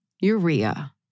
urea